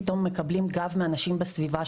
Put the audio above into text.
פתאום מקבלים גב מהאנשים מהסביבה,